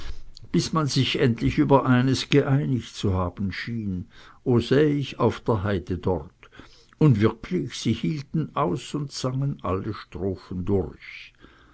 bis man sich endlich über eines geeinigt zu haben schien o säh ich auf der heide dort und wirklich sie hielten aus und sangen alle strophen durch